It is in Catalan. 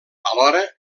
alhora